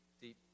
deep